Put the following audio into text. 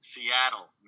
Seattle